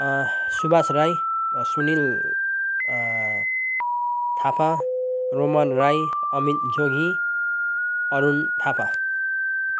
Subhash Rai Sunil Thapa Roman Rai Amit Jogi Arun Thapa